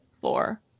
four